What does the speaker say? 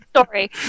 story